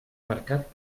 marcat